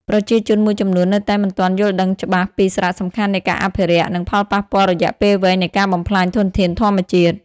ប្រជាជនមួយចំនួននៅតែមិនទាន់យល់ដឹងច្បាស់ពី សារៈសំខាន់នៃការអភិរក្ស និងផលប៉ះពាល់រយៈពេលវែងនៃការបំផ្លាញធនធានធម្មជាតិ។